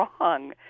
wrong